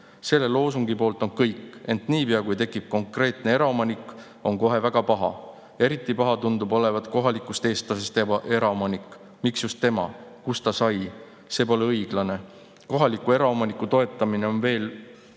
Selle loosungi poolt on kõik. Ent niipea kui tekib konkreetne eraomanik, on kohe väga paha. Eriti paha tundub olevat kohalikust eestlasest eraomanik. Miks just tema? Kust ta sai? See pole õiglane! Kohaliku eraomaniku toetamine või veelgi